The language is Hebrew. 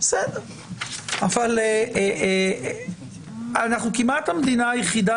אבל אנחנו כמעט המדינה היחידה,